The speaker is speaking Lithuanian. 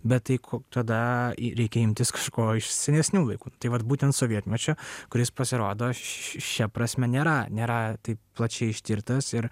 bet tai ko tada reikia imtis kažko iš senesnių laikų tai vat būtent sovietmečio kuris pasirodo šia prasme nėra nėra taip plačiai ištirtas ir